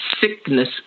Sickness